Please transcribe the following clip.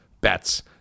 bets